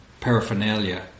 paraphernalia